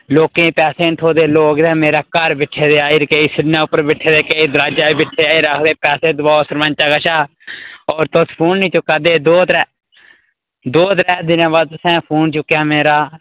लोकें पैसे नी थ्होए दे लोक जेह्ड़ा मेरा घर बेठे दे आए केईं सिनें उप्पर बिठे दे केईं दराजे उप्पर बिठे दे फेर आखदे पैसे दबाओ सरपंचै कशा होर तुस फोन नी चुक्कै'रदे हे दो त्रे दो त्रै दिनें बाद तुसें फोन चुक्केआ मेरा